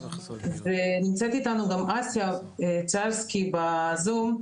נמצאת איתו גם אסיה ציירסקי בזום,